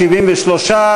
73,